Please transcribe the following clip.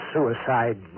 Suicide